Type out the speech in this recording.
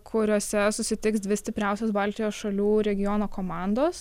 kuriuose susitiks dvi stipriausios baltijos šalių regiono komandos